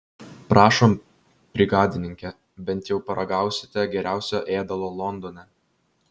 prašom brigadininke bent jau paragausite geriausio ėdalo londone